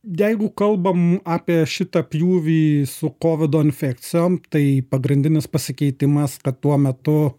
jeigu kalbam apie šitą pjūvį su kovido infekcijom tai pagrindinis pasikeitimas kad tuo metu